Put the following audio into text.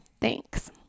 Thanks